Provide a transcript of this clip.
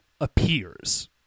Appears